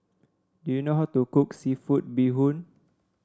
do you know how to cook seafood Bee Hoon